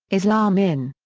islam in.